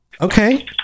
Okay